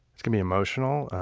can be emotional.